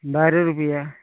बारा रुपया